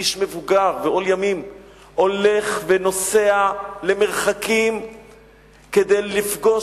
איש מבוגר הולך ונוסע למרחקים כדי לפגוש